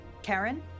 Karen